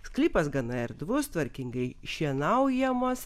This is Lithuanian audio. sklypas gana erdvus tvarkingai šienaujamas